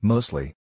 Mostly